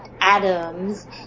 Adams